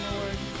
Lord